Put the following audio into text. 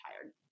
tired